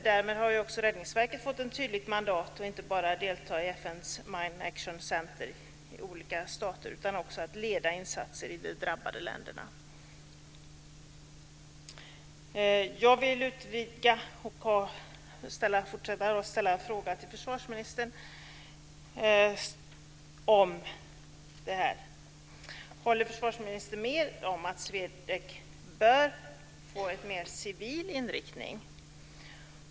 Därmed har också Räddningsverket fått ett tydligt mandat att inte bara delta i FN:s Mine Action Service i olika stater utan att också leda insatser i de drabbade länderna. Jag vill utvidga detta och ställa ett par frågor till försvarsministern. Håller försvarsministern med om att SWEDEC bör få en mer civil inriktning?